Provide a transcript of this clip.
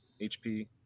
HP